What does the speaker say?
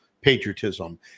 patriotism